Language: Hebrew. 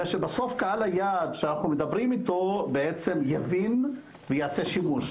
אלא שבסוף קהל היעד שאנחנו מדברים איתו יבין ויעשה שימוש.